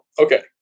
okay